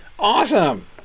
Awesome